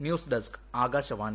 news desk Akashvani